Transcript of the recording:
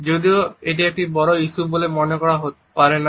যদিও এটি একটি বড় ইস্যু বলে মনে হতে পারে না